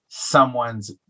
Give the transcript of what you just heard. someone's